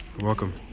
welcome